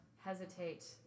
hesitate